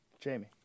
Jamie